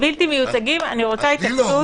אני רוצה התייחסות